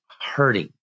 hurting